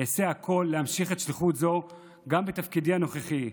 אעשה הכול להמשיך שליחות זו גם בתפקידי הנוכחי.